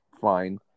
fine